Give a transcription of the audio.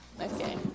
Okay